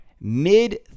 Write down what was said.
Mid